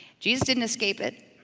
jesus didn't escape it,